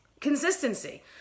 Consistency